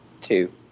Two